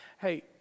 Hey